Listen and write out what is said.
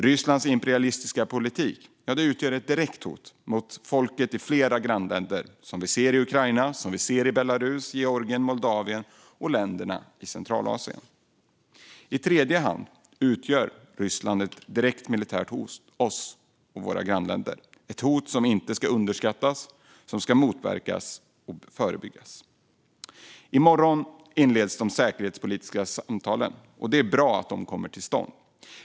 Rysslands imperialistiska politik utgör också ett direkt hot mot befolkningen i flera grannländer. Det ser vi i Ukraina, Belarus, Georgien, Moldavien och länderna i Centralasien. I tredje hand utgör Ryssland ett direkt militärt hot mot oss och våra grannländer. Det är ett hot som inte ska underskattas utan som ska motverkas och förebyggas. I morgon inleds de säkerhetspolitiska samtalen. Det är bra att de kommer till stånd.